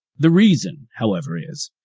the reason, however is,